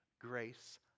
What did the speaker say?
grace